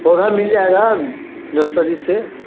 पौधा मिल जाएगा नर्सरी से